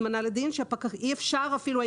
מהזמנה לדין הוא שאי אפשר - אפילו אם